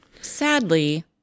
Sadly